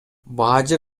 бажы